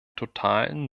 totalen